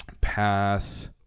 pass